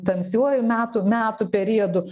tamsiuoju metų metų periodu